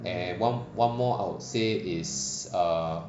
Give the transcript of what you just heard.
and one one more I would say is err